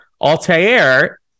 Altair